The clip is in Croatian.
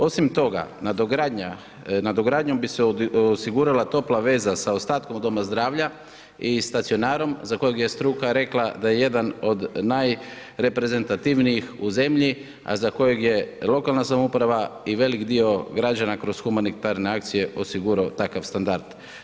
Osim toga, nadogradnjom bi se osigurala topla veza sa ostatkom doma zdravlja i stacionarom za kojeg je struka rekla da je jedan od najreprezentativnijih u zemlji a za kojeg je lokalna samouprava i velik dio građana kroz humanitarne akcije osigurao takav standard.